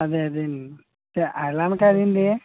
అదే అదే చ అలా అని కాదండి